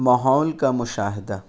ماحول کا مشاہدہ